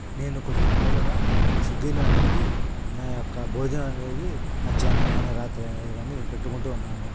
నేను కొద్ది నెలలుగా స్విగ్గీలో అనేది నా యొక్క భోజనం అనేది మధ్యాహ్నం కానీ రాత్రి అనేది కానీ పెట్టుకుంటూ ఉన్నాను